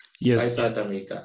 Yes